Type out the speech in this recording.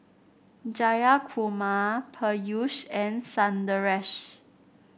Jayakumar Peyush and Sundaresh